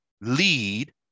lead